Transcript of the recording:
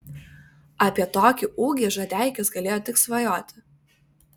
apie tokį ūgį žadeikis galėjo tik svajoti